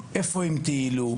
של המקומות בהם ביקרו,